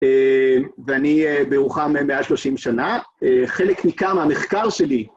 ואני ברוכה ממאה שלושים שנה, חלק ניכר מהמחקר שלי.